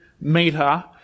meter